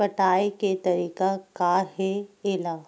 पटाय के तरीका का हे एला?